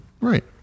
right